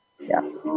Yes